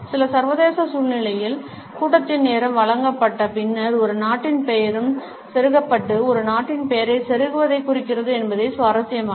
சில சர்வதேச சூழ்நிலைகளில் கூட்டத்தின் நேரம் வழங்கப்பட்ட பின்னர் ஒரு நாட்டின் பெயரும் செருகப்பட்டு ஒரு நாட்டின் பெயரைச் செருகுவதைக் குறிக்கிறது என்பது சுவாரஸ்யமானது